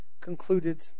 concluded